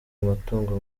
amatungo